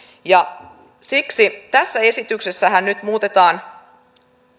ja siksi tässä esityksessähän nyt muutetaan